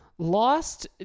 Lost